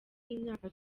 y’imyaka